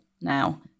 now